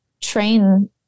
train